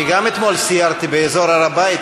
גם אני אתמול סיירתי באזור הר-הבית,